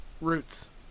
roots